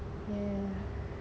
yeah